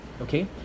okay